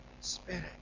spirit